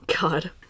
god